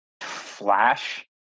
flash